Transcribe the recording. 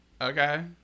okay